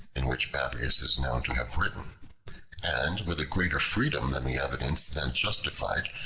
in which babrias is known to have written and, with a greater freedom than the evidence then justified,